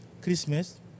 Christmas